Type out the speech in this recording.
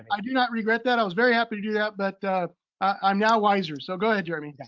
i do not regret that, i was very happy to do that, but i'm now wiser, so go ahead jeremy. yeah